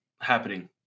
happening